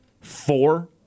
four